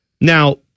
Now